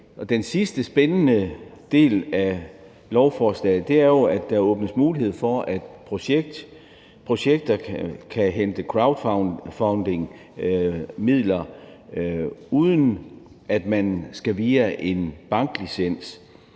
Den sidste, spændende del af lovforslaget er jo, at der åbnes mulighed for, at projekter kan hente crowdfundingmidler, uden at man skal via en banklicens.